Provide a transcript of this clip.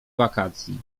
wakacji